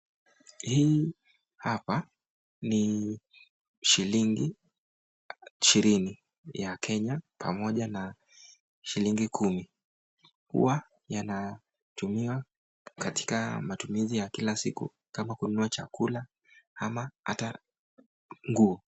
Hii hapa ni shilingi ishirini ya Kenya pamoja na shilingi kumi. Huwa yanatumiwa katika matumizi ya kila siku ama kununua chakula ama hata nguo.